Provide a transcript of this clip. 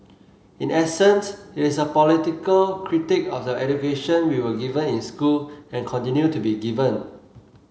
in essence it is a political critique of the education we were given in school and continue to be given